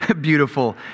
beautiful